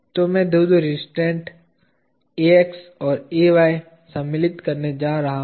तो मैं दो रिस्ट्रैन्ट Ax और Ay सम्मिलित करने जा रहा हूँ